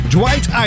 Dwight